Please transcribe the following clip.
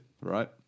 Right